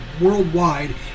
worldwide